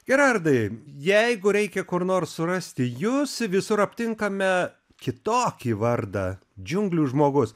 gerardai jeigu reikia kur nors surasti jus visur aptinkame kitokį vardą džiunglių žmogus